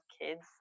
kids